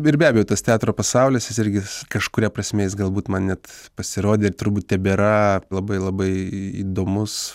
ir be abejo tas teatro pasaulis jis irgi jis kažkuria prasme jis galbūt man net pasirodė ir turbūt tebėra labai labai įdomus